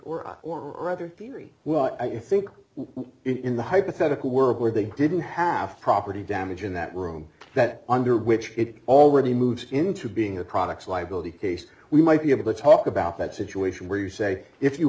e or or other theory what you think in the hypothetical world where they didn't have property damage in that room that under which it already moved into being a products liability case we might be able to talk about that situation where you say if you